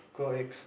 gold eggs